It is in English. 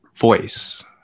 voice